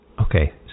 Okay